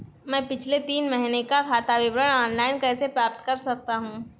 मैं पिछले तीन महीनों का खाता विवरण ऑनलाइन कैसे प्राप्त कर सकता हूं?